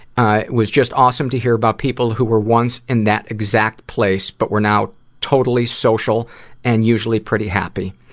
ah was just awesome to hear about people who were once in that exact place but were now totally social and usually pretty happy.